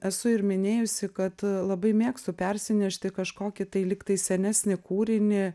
esu ir minėjusi kad labai mėgstu persinešti kažkokį tai lygtai senesnį kūrinį